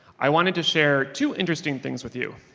i wanted to share two interesting things with you.